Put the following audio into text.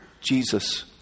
Jesus